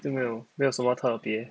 就没有没有什么特别